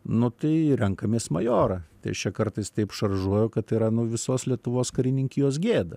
nu tai renkamės majorą tai aš čia kartais taip šaržuoju kad tai yra nu visos lietuvos karininkijos gėda